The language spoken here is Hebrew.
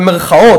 במירכאות,